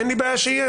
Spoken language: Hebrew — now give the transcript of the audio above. אין לי בעיה שזה יהיה.